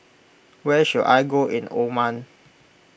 where should I go in Oman